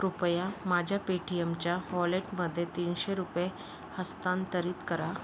कृपया माझ्या पेटीएमच्या वॉलेटमध्ये तीनशे रुपये हस्तांतरित करा